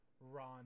Ron